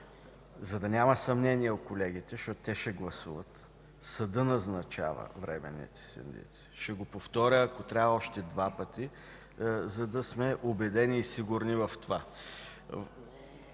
за да няма съмнение в колегите, защото те ще гласуват: съдът назначава временните синдици. Ще го повторя, ако трябва още два пъти, за да сме убедени и сигурни в това.